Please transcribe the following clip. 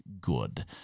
good